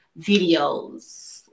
videos